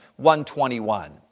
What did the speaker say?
121